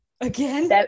again